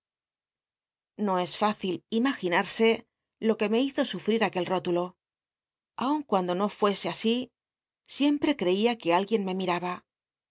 l'io es fücil imaginarse lo que me hizo sufrir aquel i'ólulo aun cuando no fuese así siempre crcia que alguien me miraba